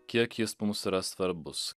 kiek jis mums yra svarbus